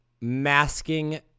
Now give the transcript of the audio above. Masking